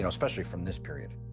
and especially from this period.